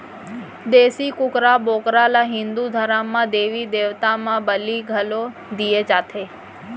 देसी कुकरा, बोकरा ल हिंदू धरम म देबी देवता म बली घलौ दिये जाथे